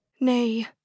Nay